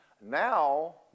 Now